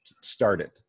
started